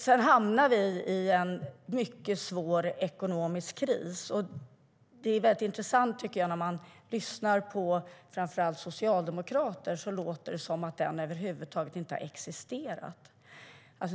Sedan hamnade vi i en mycket svår ekonomisk kris. Det är intressant att lyssna på framför allt socialdemokrater, för det låter som att den krisen över huvud taget inte har existerat.